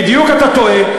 בדיוק אתה טועה.